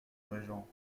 régent